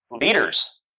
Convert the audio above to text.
leaders